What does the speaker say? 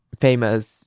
famous